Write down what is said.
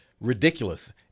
ridiculous